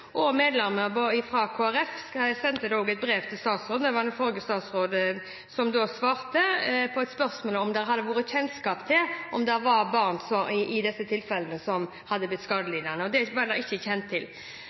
regjeringen. Medlemmer fra Kristelig Folkeparti sendte da et brev til statsråden – det var den forrige statsråden – som svarte på et spørsmål om det hadde vært kjennskap til om det var barn i disse tilfellene som hadde blitt skadelidende. Det hadde statsråden ikke kjennskap til.